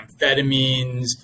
amphetamines